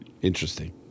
interesting